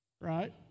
right